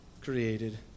created